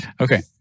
Okay